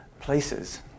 places